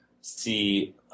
see